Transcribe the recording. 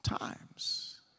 times